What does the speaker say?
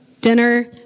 dinner